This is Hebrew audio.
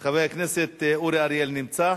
חבר הכנסת אורי אריאל, נמצא?